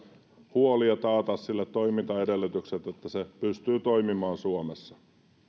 huoli ja taata sille toimintaedellytykset että se pystyy toimimaan suomessa